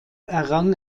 errang